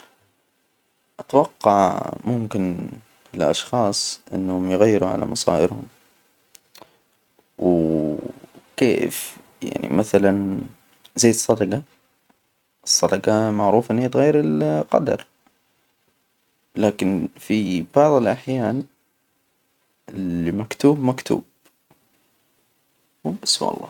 أتوقع، ممكن لأشخاص إنهم يغيروا على مصائرهم، و كيف؟ يعني مثلا زي الصدقة- الصدقة معروفة إن هي تغير القدر. لكن في بعض الأحيان. اللي مكتوب- مكتوب، بس والله.